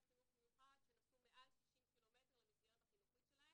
חינוך מיוחד שנסעו מעל 60 ק"מ למסגרת החינוכית שלהם.